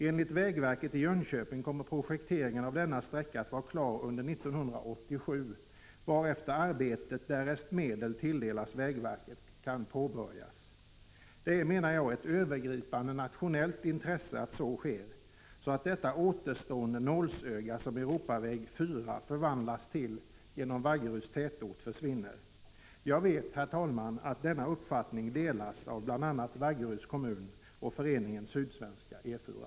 Enligt vägverket i Jönköping kommer projekteringen av denna sträcka att vara klar under 1987, varefter arbetet kan påbörjas, därest medel tilldelas vägverket. Det är, menar jag, ett övergripande nationellt intresse att så sker, så att detta återstående nålsöga som Europaväg 4 förvandlas till genom Vaggeryds tätort försvinner. Jag vet, herr talman, att denna uppfattning delas av bl.a. Vaggeryds kommun och föreningen Sydsvenska E 4.